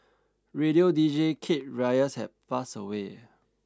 radio deejay Kate Reyes has passed away